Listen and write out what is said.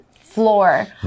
floor